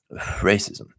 racism